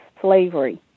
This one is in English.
slavery